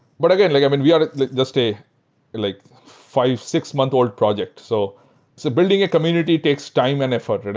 but again, like i mean, we are just a like five, six month old project. so so building a community takes time and effort. and